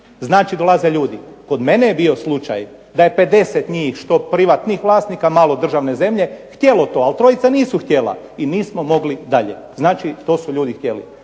znače dolaze ljudi. Kod mene je bio slučaj da je 50 njih što privatnih vlasnika malo državne zemlje htjelo to, ali trojica nisu htjela i nismo mogli dalje. Znači to su ljudi htjeli.